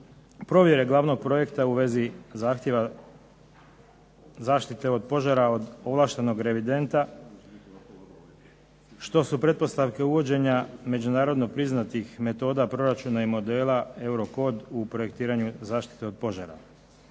provjere glavnog projekta u vezi zahtjeva zaštite od požara od ovlaštenog revidenta što su pretpostavke uvođenja međunarodno priznatih metoda proračuna i modela EUROKOD u projektiranju zaštite od požara.